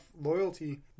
loyalty